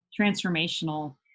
transformational